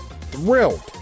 thrilled